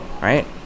right